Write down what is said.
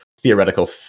theoretical